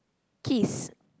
kiss